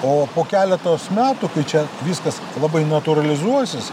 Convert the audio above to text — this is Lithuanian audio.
o po keletos metų kai čia viskas labai natūralizuosis